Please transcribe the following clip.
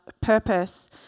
purpose